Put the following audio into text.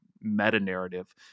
meta-narrative